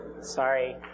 Sorry